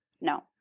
No